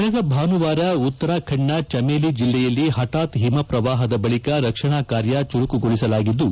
ಕಳೆದ ಭಾನುವಾರ ಉತ್ತರಾಖಂಡ್ನ ಚಮೇಲಿ ಜಿಲ್ಲೆಯಲ್ಲಿ ಪಶಾತ್ ಓಮ ಪ್ರವಾಪದ ಬಳಿಕ ರಕ್ಷಣಾ ಕಾರ್ಯ ಚುರುಕುಗೊಳಿಸಲಾಗಿದ್ದು